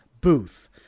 booth